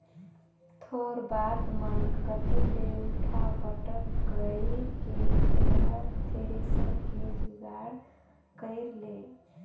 थोर बात मन कति ले उठा पटक कइर के तेंहर थेरेसर के जुगाड़ कइर ले